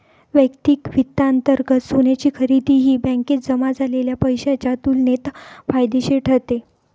वैयक्तिक वित्तांतर्गत सोन्याची खरेदी ही बँकेत जमा झालेल्या पैशाच्या तुलनेत फायदेशीर ठरते